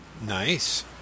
Nice